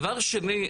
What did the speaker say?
דבר שני,